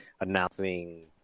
announcing